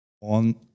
on